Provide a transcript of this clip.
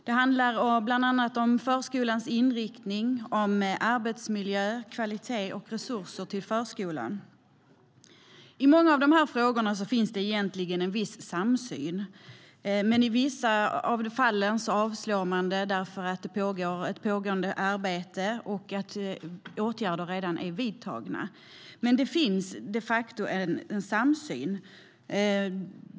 Det handlar bland annat om förskolans inriktning, arbetsmiljö och kvalitet och om resurser till förskolan.I många av dessa frågor finns det egentligen en viss samsyn, men i vissa fall avstyrks motionerna på grund av pågående arbete och redan vidtagna åtgärder. Men det finns de facto en samsyn.